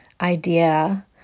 Idea